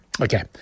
Okay